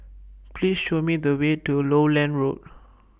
Please Show Me The Way to Lowland Road